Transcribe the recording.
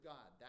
God